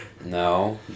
No